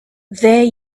there